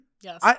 Yes